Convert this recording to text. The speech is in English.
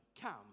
come